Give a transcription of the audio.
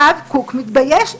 הרב קוק מתבייש בך.